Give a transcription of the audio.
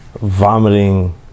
vomiting